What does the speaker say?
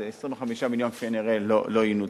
אז 25 מיליון כנראה לא ינוצלו.